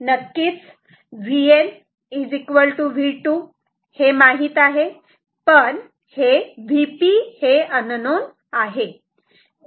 नक्कीच Vn V2 हे माहित आहे पण Vp हे अननोन आहे